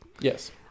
Yes